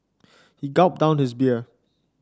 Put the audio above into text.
he gulped down his beer